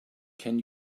can